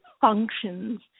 functions